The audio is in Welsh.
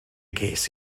ces